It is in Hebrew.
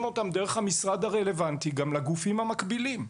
אותם דרך המשרד הרלוונטי גם לגופים המקבילים?